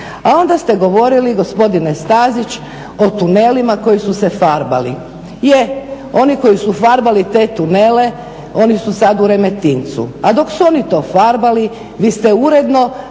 onda ste govorili gospodine Stazić o tunelima koji su se farbali. Je, oni koji su farbali te tunele oni su sad u Remetincu, a dok su oni to farbali vi ste uredno